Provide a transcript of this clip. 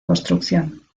construcción